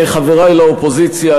חברי לאופוזיציה,